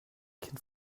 kind